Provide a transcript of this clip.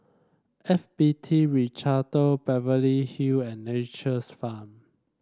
F B T Ricardo Beverly Hill and Nature's Farm